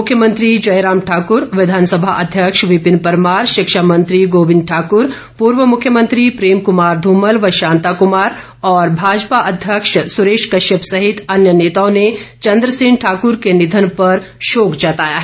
मुख्यमंत्री जयराम ठाकूर विधानसभा अध्यक्ष विपिन परमार शिक्षा मंत्री गोविंद ठाकूर पूर्व मुख्यमंत्री प्रेम कुमार धूमल व शांता कुमार और भाजपा अध्यक्ष सुरेश कश्यप सहित अन्य नेताओं ने भी चंद्र सेन ठाकुर के निधन पर शोक जताया है